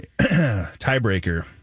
Tiebreaker